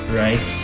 right